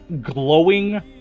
glowing